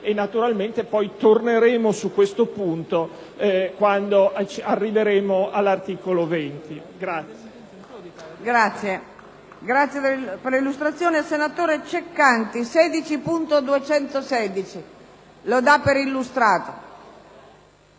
naturalmente torneremo su questo punto quando arriveremo all'articolo 20.